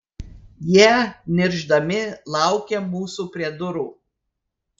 jie niršdami laukė mūsų prie durų